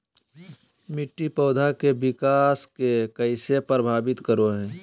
मिट्टी पौधा के विकास के कइसे प्रभावित करो हइ?